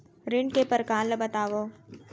ऋण के परकार ल बतावव?